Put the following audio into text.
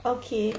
okay